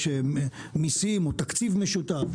יש מיסים או תקציב משותף,